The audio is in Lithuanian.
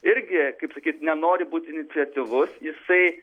irgi kaip sakyt nenori būti iniciatyvus jisai